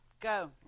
Go